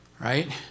Right